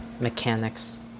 mechanics